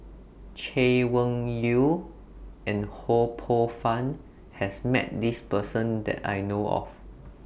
Chay Weng Yew and Ho Poh Fun has Met This Person that I know of